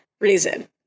reason